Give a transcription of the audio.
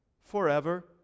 forever